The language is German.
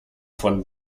von